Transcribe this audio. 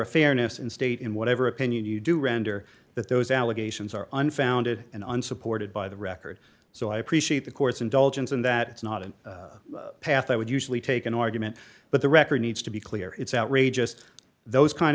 of fairness and state in whatever opinion you do render that those allegations are unfounded and unsupported by the record so i appreciate the court's indulgence in that it's not a path i would usually take an argument but the record needs to be clear it's outrageous those kind